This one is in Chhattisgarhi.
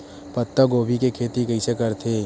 पत्तागोभी के खेती कइसे करथे?